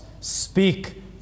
Speak